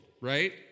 right